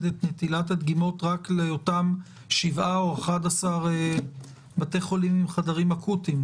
את נטילת הדגימות רק לאותם שבעה או 11 בתי חולים עם חדרים אקוטיים?